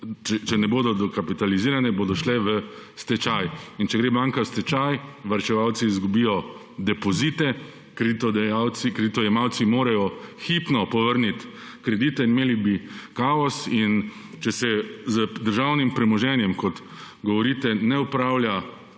če ne bodo dokapitalizirane, bodo šle v stečaj. In če gre banka v stečaj. varčevalci izgubijo depozite, kreditodajalci, kreditojemalci morajo hipno povrniti kredite in imeli bi kaos. Če se z državnim premoženjem, kot govorite, ne opravlja